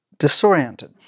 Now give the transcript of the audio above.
disoriented